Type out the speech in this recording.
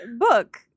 book